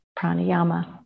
pranayama